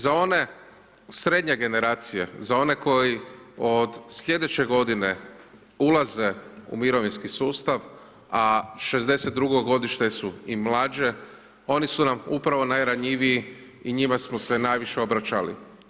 Za one srednje generacije, za one koji od sljedeće godine ulaze u mirovinski sustav, a 62.godište su i mlađe, oni su nam upravo najranjiviji i njima smo se najviše obraćali.